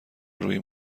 روی